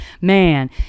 Man